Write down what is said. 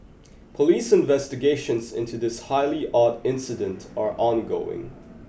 police investigations into this highly odd incident are ongoing